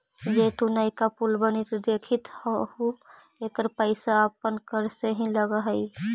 जे तु नयका पुल बनित देखित हहूँ एकर पईसा अपन कर से ही लग हई